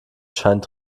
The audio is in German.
scheint